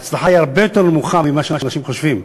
ההצלחה היא הרבה יותר נמוכה ממה שאנשים חושבים.